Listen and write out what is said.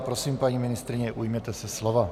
Prosím, paní ministryně, ujměte se slova.